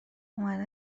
اومدم